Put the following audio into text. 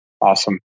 Awesome